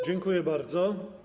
Dziękuję bardzo.